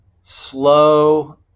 slow